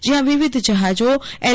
જ્યાં વિવિધ જહાંજો એલ